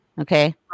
Okay